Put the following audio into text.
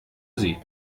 sie